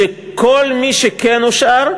שכל מי שכן אושר,